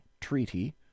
treaty